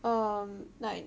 err like